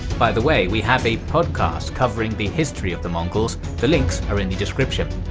by the way, we have a podcast covering the history of the mongols, the links are in the description.